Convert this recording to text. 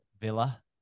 villa